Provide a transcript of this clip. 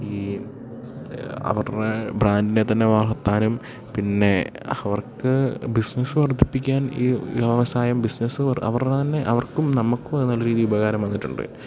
ഈ അവരുടെ ബ്രാൻഡിനെ തന്നെ വളർത്താനും പിന്നെ അവർക്ക് ബിസിനസ്സ് വർദ്ധിപ്പിക്കാൻ ഈ വ്യവസായം ബിസിനസ്സ് അവരുടെ തന്നെ അവർക്കും നമക്കും അത് നല്ല രീതിയിൽ ഉപകാരം വന്നിട്ടുണ്ട്